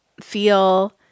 feel